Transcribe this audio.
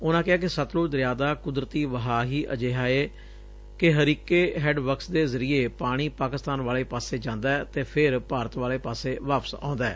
ਉਨਾਂ ਕਿਹਾ ਕਿੱ ਸਤਲੁਜ ਦਰਿਆ ਦਾ ਕੁਦਰਤੀ ਵਹਾਅ ਹੀ ਅਜਿਹਾ ਏ ਕਿ ਹਰੀਕੇ ਹੈੱਡ ਵਰਕਸ ਦੇ ਜ਼ਰੀਏ ਪਾਣੀ ਪਾਕਿਸਤਾਨ ਵਾਲੇ ਪਾਸੇ ਜਾਂਦਾ ਏ ਤੇ ਫਿਰ ਭਾਰਤ ਵਾਲੇ ਪਾਸੇ ਵਾਪਸ ਆਉਦਾ ਏ